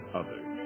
others